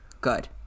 good